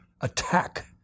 attack